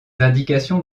indications